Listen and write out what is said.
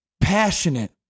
passionate